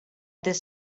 this